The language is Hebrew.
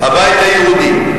הבית היהודי.